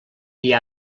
dir